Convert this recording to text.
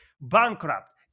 bankrupt